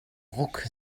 ruck